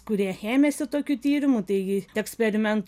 kurie ėmėsi tokių tyrimų taigi eksperimentų